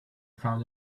found